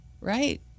Right